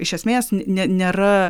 iš esmės ne nėra